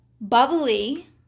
bubbly